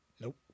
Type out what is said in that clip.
Nope